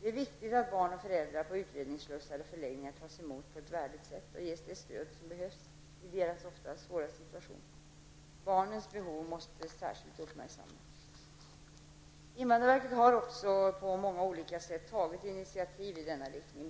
Det är viktigt att barn och föräldrar på utredningsslussar och förläggningar tas emot på ett värdigt sätt och ges det stöd som behövs i deras ofta svåra situation. Barnens behov måste särskilt uppmärksammas. Invandrarverket har också på många olika sätt tagit initiativ i denna riktning.